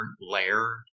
layer